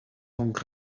long